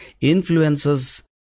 influences